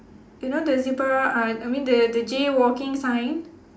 you know the zebra uh I mean the the jaywalking sign